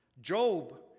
Job